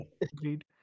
agreed